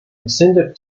extended